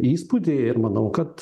įspūdį ir manau kad